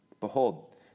Behold